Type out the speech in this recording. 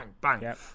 bang